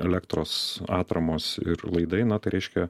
elektros atramos ir laidai na tai reiškia